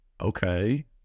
okay